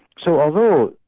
so although,